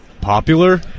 popular